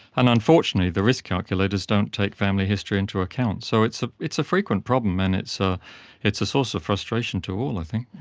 and unfortunately the risk calculators don't take family history into account. so it's ah it's a frequent problem and it's ah it's a source of frustration to all i think.